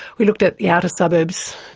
we looked at the outer suburbs,